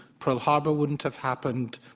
pearl harbor wouldn't have happened.